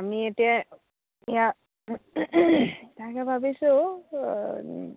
আমি এতিয়া এয়া তাকে ভাবিছোঁ